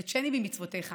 קדשני במצוותיך,